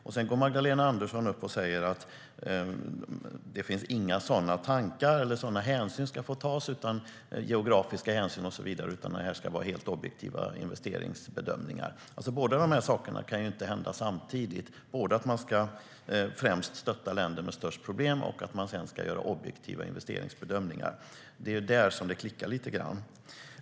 Men sedan går Magdalena Andersson upp och säger att inga sådana hänsyn ska få tas, som geografiska hänsyn, utan att det ska vara helt objektiva investeringsbedömningar. Men det kan inte hända samtidigt, både att man ska främst stötta länder med störst problem och att man ska göra objektiva investeringsbedömningar. Det är där som det klickar lite grann.